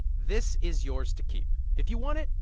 this is yours to keep. if you want it,